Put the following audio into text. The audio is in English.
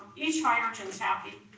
each hydrogen's happy.